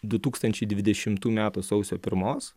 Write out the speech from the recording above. du tūkstančiai dvidešimtų metų sausio pirmos